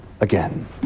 again